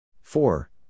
Four